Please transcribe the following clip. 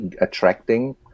attracting